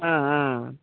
ఆ